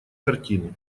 картины